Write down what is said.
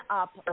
up